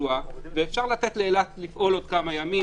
בתחלואה ואפשר לתת לאילת לפעול עוד כמה ימים,